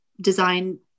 design